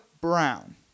Brown